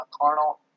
carnal